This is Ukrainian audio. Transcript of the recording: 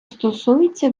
стосується